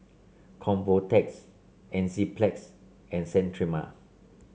Convatec Enzyplex and Sterimar